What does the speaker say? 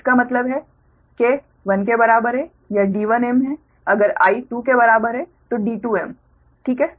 इसका मतलब है k 1 के बराबर है यह d1m है अगर I 2 के बराबर है तो d2m ठीक है